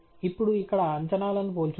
ఇప్పుడు ఇక్కడ అంచనాలను పోల్చుదాం